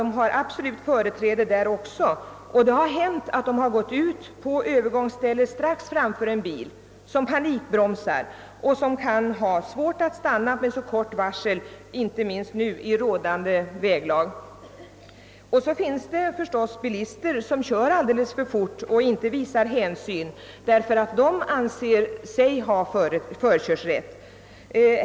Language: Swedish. Det har hänt att folk gått ut på vägen vid ett övergångsställe strax framför en bil som panikbromsar och har svårt att stanna med så kort varsel, inte minst i rådande väglag. Men det finns också bilister som kör alldeles för fort och inte visar hänsyn därför att de anser sig ha förkörsrätt.